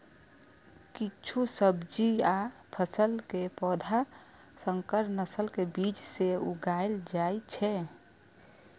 किछु सब्जी आ फसल के पौधा संकर नस्ल के बीज सं उगाएल जाइ छै